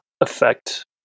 affect